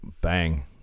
Bang